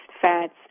fats